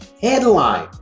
headline